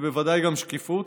ובוודאי גם שקיפות,